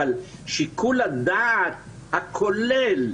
אבל שיקול הדעת הכולל,